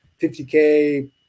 50k